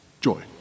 joy